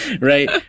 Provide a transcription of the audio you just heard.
Right